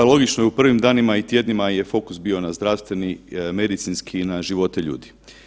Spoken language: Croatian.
Pa logično u prvim danima i tjednima je fokus bio na zdravstveni, medicinski i na živote ljudi.